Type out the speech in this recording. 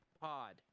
Pod